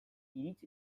irits